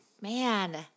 Man